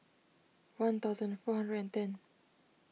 one thousand four hundred and ten